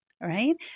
right